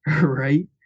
right